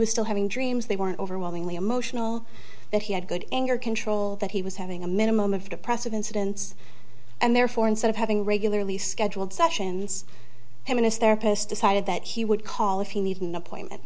was still having dreams they weren't overwhelmingly emotional but he had good anger control that he was having a minimum of depressive incidents and therefore instead of having regularly scheduled sessions him in his therapist decided that he would call if you need an appointment